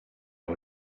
how